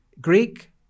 Greek